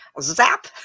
Zap